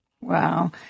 Wow